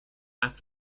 after